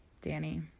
Danny